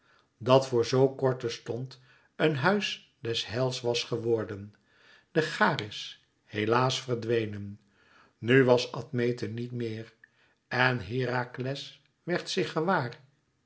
dat voor zoo korte stond een huis des heils was geworden de charis helaas verdwenen nu was admete niet meer en herakles werd zich gewaar